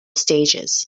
stages